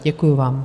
Děkuji vám.